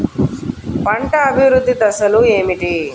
పంట అభివృద్ధి దశలు ఏమిటి?